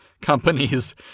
companies